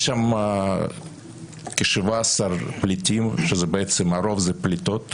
יש שם כ-17 פליטים, הרוב פליטות